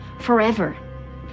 forever